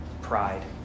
pride